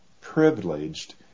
privileged